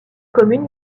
commune